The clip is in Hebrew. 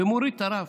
ומוריד את הרף.